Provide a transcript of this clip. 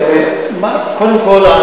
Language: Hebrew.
קודם כול,